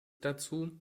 dazu